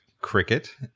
Cricket